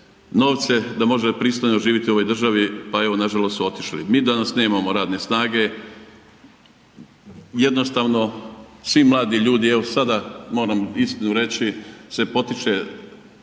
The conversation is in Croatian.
novce da mogu pristojno živjeti u ovoj državi pa evo nažalost su otišli. Mi danas nemamo radne snage, jednostavno svi mladi ljudi evo sada moram istinu reći se potiču